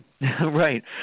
Right